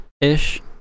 ish